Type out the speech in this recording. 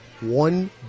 one